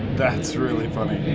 that's really funny.